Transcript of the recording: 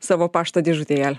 savo pašto dėžutėje